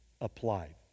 applied